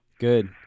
good